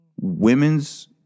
women's